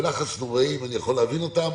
הם בלחץ נוראי ואני יכול להבין אותם.